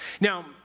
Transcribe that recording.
Now